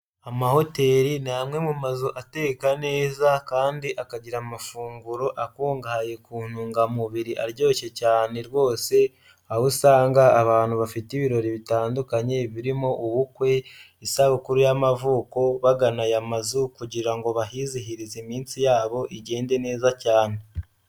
Amahoteri ni amwe mu mazu ateka neza kandi akagira amafunguro akungahaye ku ntungamubiri aryoshye cyane rwose aho usanga abantu bafite ibirori bitandukanye birimo ubukwe, isabukuru y'amavuko bagana aya mazu kugira ngo bahizihirize iminsi yabo igende neza cyane.